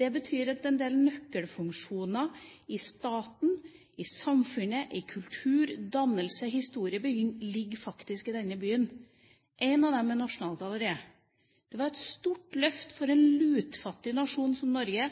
Det betyr at en del nøkkelfunksjoner i staten, i samfunnet, i kultur, dannelse og historiebygging faktisk ligger i denne byen. Én av dem er Nasjonalgalleriet. Det var et stort løft for en lutfattig nasjon som Norge